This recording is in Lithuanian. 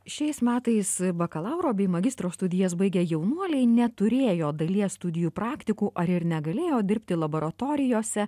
šiais metais bakalauro bei magistro studijas baigę jaunuoliai neturėjo dalies studijų praktikų ar ir negalėjo dirbti laboratorijose